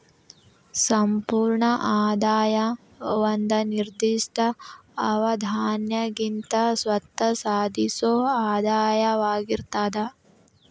ಸಂಪೂರ್ಣ ಆದಾಯ ಒಂದ ನಿರ್ದಿಷ್ಟ ಅವಧ್ಯಾಗಿಂದ್ ಸ್ವತ್ತ ಸಾಧಿಸೊ ಆದಾಯವಾಗಿರ್ತದ